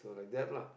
like that lah